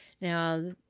Now